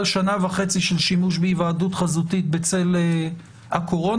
שנה וחצי של שימוש בהיוועדות חזותית בצל הקורונה.